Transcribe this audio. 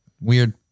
Weird